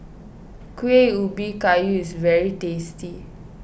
Kueh Ubi Kayu is very tasty